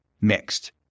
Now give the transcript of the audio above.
mixed